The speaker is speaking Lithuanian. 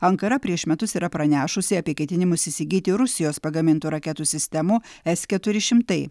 ankara prieš metus yra pranešusi apie ketinimus įsigyti rusijos pagamintų raketų sistemų s keturi šimtai